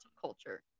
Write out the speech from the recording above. culture